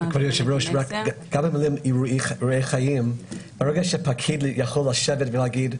אדוני היושב-ראש, ברגע שפקיד יכול לשבת ולהגיד,